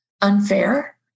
unfair